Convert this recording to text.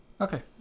okay